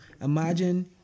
Imagine